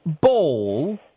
ball